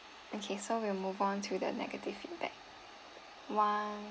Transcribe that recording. okay so we'll move on to the negative feedback one